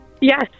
yes